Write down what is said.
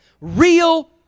real